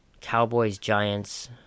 Cowboys-Giants